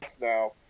now